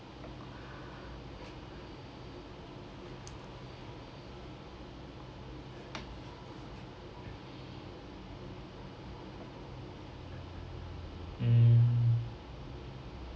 mm